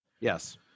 Yes